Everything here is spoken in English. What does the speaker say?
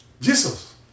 Jesus